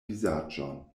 vizaĝon